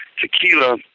tequila